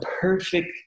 perfect